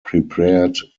prepared